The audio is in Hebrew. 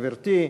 גברתי,